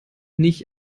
nicht